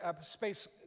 Space